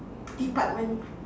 department